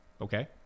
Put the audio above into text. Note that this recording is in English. Okay